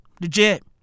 Legit